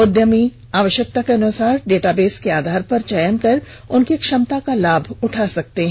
उद्यमी आवश्यकता के अनुसार डेटाबेस के आधार पर चयन कर उनकी दक्षता का लाभ उठा सकते हैं